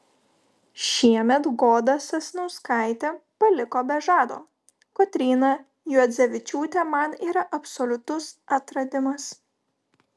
šiemet goda sasnauskaitė paliko be žado kotryna juodzevičiūtė man yra absoliutus atradimas